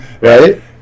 right